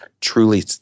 truly